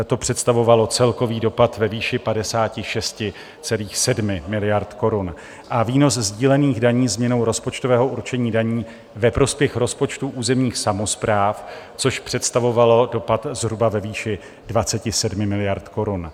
To představovalo celkový dopad ve výši 56,7 miliardy korun a výnos sdílených daní změnou rozpočtového určení daní ve prospěch rozpočtů územních samospráv, což představovalo dopad zhruba ve výši 27 miliard korun.